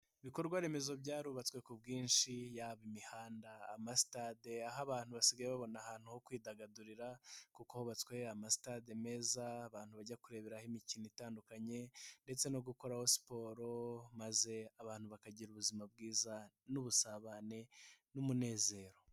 Ibikorwaremezo byarubatswe ku bwinshi yaba imihanda, amasitade aho abantu basigaye babona ahantu ho kwidagadurira kuko hubatswe amasitade meza abantu bajya kureberaho imikino itandukanye ndetse no gukoraho siporo maze abantu bakagira ubuzima bwiza n'ubusabane n'umunezero.